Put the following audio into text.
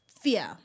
fear